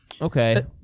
Okay